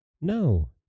No